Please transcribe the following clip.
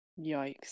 Yikes